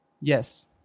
yes